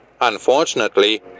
Unfortunately